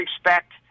expect